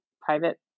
private